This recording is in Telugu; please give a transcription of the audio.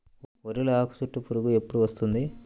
వరిలో ఆకుచుట్టు పురుగు ఎప్పుడు వస్తుంది?